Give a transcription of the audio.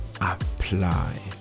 apply